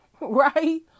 right